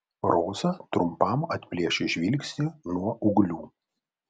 roza trumpam atplėšė žvilgsnį nuo ūglių